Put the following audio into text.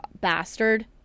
bastard